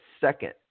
second